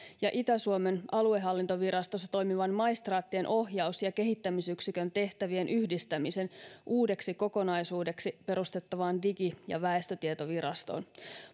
ja itä suomen aluehallintovirastossa toimivan maistraattien ohjaus ja kehittämisyksikön tehtävien yhdistämisen uudeksi kokonaisuudeksi perustettavaan digi ja väestötietovirastoon